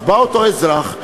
אז בא אותו אזרח,